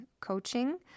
coaching